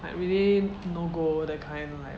like really no go that kind like